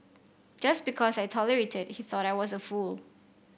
just because I tolerated he thought I was a fool